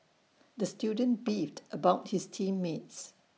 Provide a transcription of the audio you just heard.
the student beefed about his team mates